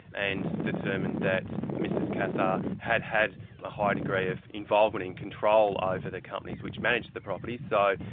and determined that mrs cassar had had a higher degree of involvement in control over the companies which managed the properties, so,